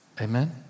Amen